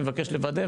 אני מבקש לוודא,